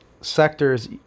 sectors –